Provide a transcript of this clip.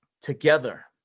together